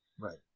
Right